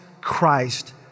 Christ